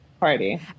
party